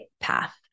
path